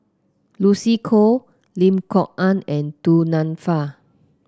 Lucy Koh Lim Kok Ann and Du Nanfa